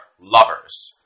lovers